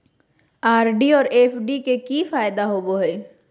RD और FD के की फायदा होबो हइ?